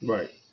Right